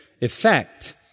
effect